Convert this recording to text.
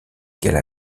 qu’elle